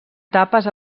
etapes